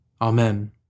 Amen